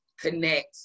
connect